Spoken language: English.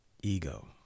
Ego